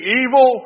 evil